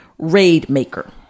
Raidmaker